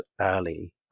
early